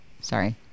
Sorry